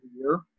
year